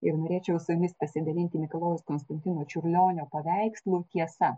ir norėčiau su jumis pasidalinti mikalojaus konstantino čiurlionio paveikslu tiesa